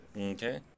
Okay